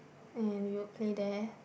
and we will play there